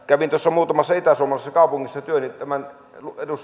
kävin tuossa muutamassa itäsuomalaisessa kaupungissa tämän